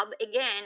again